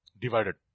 Divided